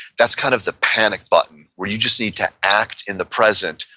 that's kind of the panic button, where you just need to act in the present,